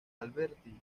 alberti